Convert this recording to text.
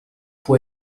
può